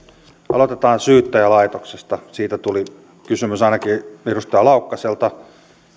aloitetaan syyttäjälaitoksesta siitä tuli kysymys ainakin edustaja laukkaselta